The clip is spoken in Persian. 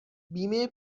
بیمه